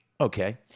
Okay